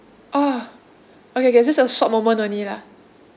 oh okay okay it's just a short moment only lah